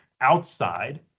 outside